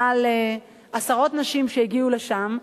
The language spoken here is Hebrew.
עשרות נשים שהגיעו לשם,